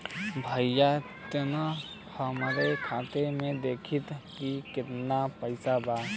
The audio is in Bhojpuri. भईया तनि हमरे खाता में देखती की कितना पइसा बा?